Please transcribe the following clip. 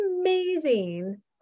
amazing